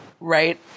right